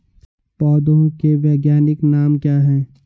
पौधों के वैज्ञानिक नाम क्या हैं?